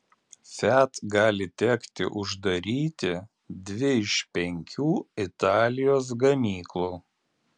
fiat gali tekti uždaryti dvi iš penkių italijos gamyklų